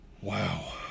Wow